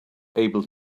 able